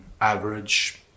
average